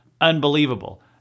unbelievable